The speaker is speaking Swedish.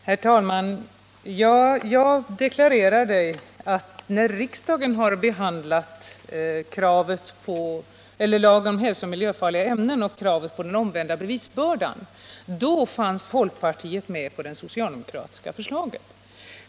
Herr talman! Jag deklarerade att folkpartiet när riksdagen behandlade lagen om hälsooch miljöfarliga ämnen och kravet på den omvända bevisbördan stod bakom det socialdemokratiska förslaget.